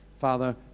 Father